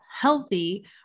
healthy